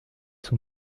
son